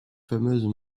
fameuses